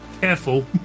Careful